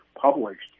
published